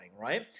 right